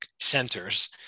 centers